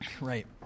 Right